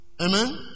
Amen